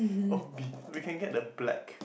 obese we can get the black